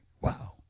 wow